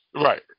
right